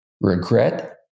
Regret